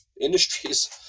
industries